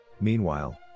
Meanwhile